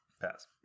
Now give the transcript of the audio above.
Pass